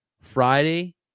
Friday